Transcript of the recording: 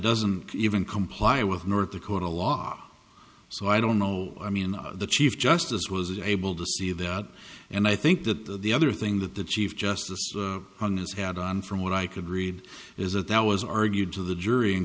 doesn't even comply with north dakota law so i don't know i mean the chief justice was able to see that and i think that the other thing that the chief justice hung his hat on from what i could read is that there was argued to the jury